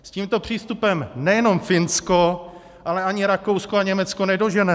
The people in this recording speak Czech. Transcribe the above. S tímto přístupem nejenom Finsko, ale ani Rakousko a Německo nedoženeme.